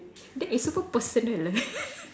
that is super personal